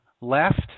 left